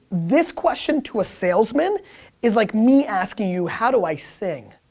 this question to a salesman is like me asking you, how do i sing?